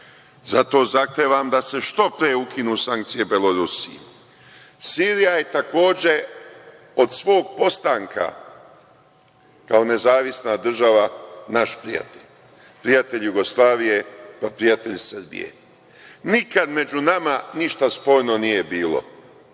Zato zahtevam da se što pre ukinu sankcije Belorusiji. Sirija je takođe od svog postanka kao nezavisna država naš prijatelj, prijatelj Jugoslavije, pa prijatelj Srbije. Nikad među nama ništa sporno nije bilo.